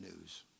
news